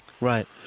Right